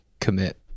commit